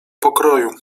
pokroju